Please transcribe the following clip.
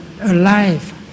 alive